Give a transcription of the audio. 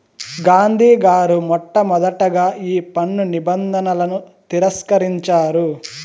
గాంధీ గారు మొట్టమొదటగా ఈ పన్ను నిబంధనలను తిరస్కరించారు